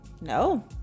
No